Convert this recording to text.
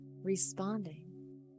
Responding